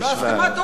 בהסכמת הורים?